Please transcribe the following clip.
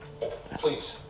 Please